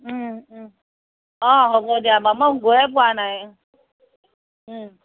অঁ হ'ব দিয়া বাৰু মই গৈয়ে পোৱা নাই